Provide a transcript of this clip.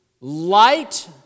light